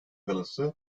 galası